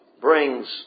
brings